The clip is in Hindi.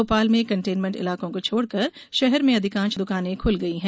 भोपाल में कंटेनमेंट इलाकों को छोड़कर शहर में अधिकांश दुकाने खुल गयी हैं